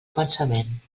pensament